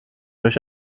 euch